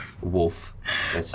Wolf